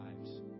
lives